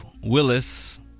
Willis